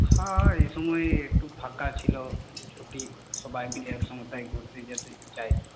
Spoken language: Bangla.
হ্যাঁ এই সময় একটু ফাঁকা ছিল ছুটি সবাই মিলে একসঙ্গে তাই ঘুরতে যেতে চাই